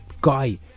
guy